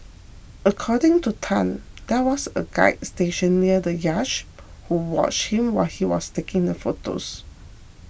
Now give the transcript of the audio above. according to Tan there was a guard stationed near the yacht who watched him while he was taking the photos